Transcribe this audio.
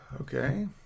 Okay